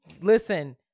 Listen